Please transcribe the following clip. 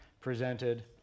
presented